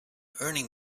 earning